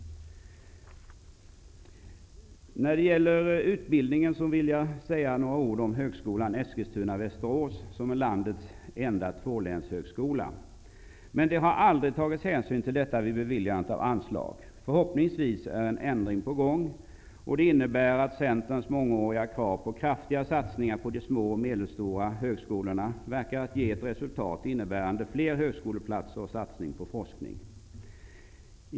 När det gäller utbildningen vill jag säga några ord om högskolan Eskilstuna--Västerås, som är landets enda tvålänshögskola. Det har aldrig tagits hänsyn till detta vid beviljandet av anslag. Förhoppningsvis är en ändring på gång. Det innebär att Centerns mångåriga krav på kraftiga satsningar på de små och medelstora högskolorna verkar att ge resultat, innebärande fler högskoleplatser och en satsning på forskning.